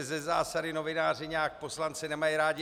Ze zásady novináři nějak poslance nemají rádi.